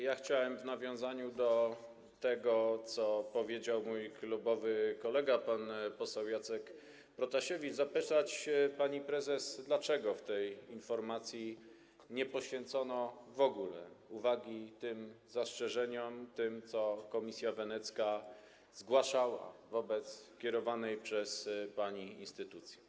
Ja chciałem w nawiązaniu do tego, co powiedział mój klubowy kolega pan poseł Jacek Protasiewicz, zapytać panią prezes, dlaczego w tej informacji nie poświęcono w ogóle uwagi tym zastrzeżeniom, które Komisja Wenecka zgłaszała wobec kierowanej przez panią instytucji.